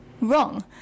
wrong